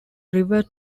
river